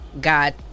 God